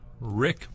Rick